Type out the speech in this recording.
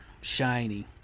shiny